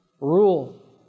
Rule